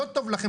לא טוב לכם?